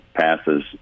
passes